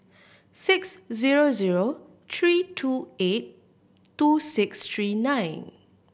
six zero zero three two eight two six three nine